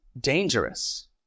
dangerous